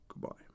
goodbye